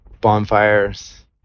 bonfires